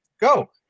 Go